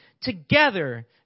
together